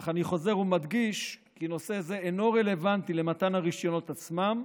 אך אני חוזר ומדגיש כי נושא זה אינו רלוונטי למתן הרישיונות עצמם,